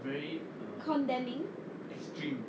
condemning